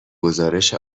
گزارش